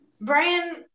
Brian